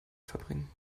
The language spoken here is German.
verbringen